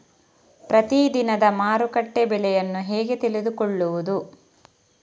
ಪ್ರತಿದಿನದ ಮಾರುಕಟ್ಟೆ ಬೆಲೆಯನ್ನು ಹೇಗೆ ತಿಳಿದುಕೊಳ್ಳುವುದು?